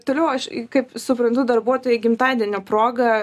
toliau aš kaip suprantu darbuotojai gimtadienio proga